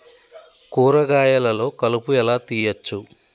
కూరగాయలలో కలుపు ఎలా తీయచ్చు?